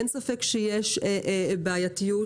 אין ספק שיש בעייתיות.